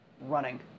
running